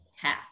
task